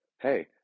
hey